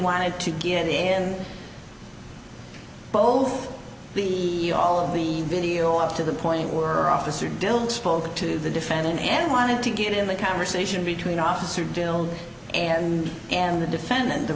wanted to give me and both the all of the video up to the point were officer dillon spoke to the defendant and wanted to get in the conversation between officer dale and and the defendant the